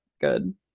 good